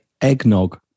eggnog